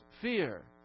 fear